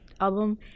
album